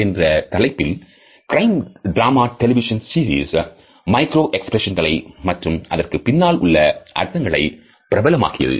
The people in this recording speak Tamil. என்ற தலைப்பில் crime drama television series மைக்ரோஎக்ஸ்பிரஷன்ஸ்களை மற்றும் அதற்கு பின்னால் உள்ள அர்த்தங்களை பிரபலப்படுத்தியது